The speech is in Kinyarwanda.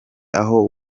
aho